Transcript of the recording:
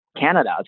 Canada